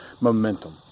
momentum